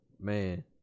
man